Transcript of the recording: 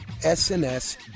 SNS